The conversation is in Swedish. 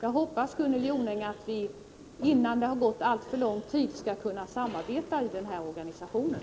Jag hoppas, Gunnel Jonäng, att vi innan det har gått alltför lång tid skall kunna samarbeta inom organisationen.